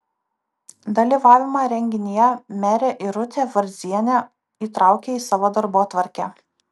dalyvavimą renginyje merė irutė varzienė įtraukė į savo darbotvarkę